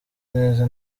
neza